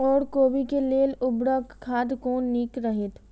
ओर कोबी के लेल उर्वरक खाद कोन नीक रहैत?